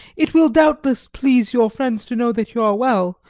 it will doubtless please your friends to know that you are well,